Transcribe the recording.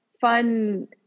fun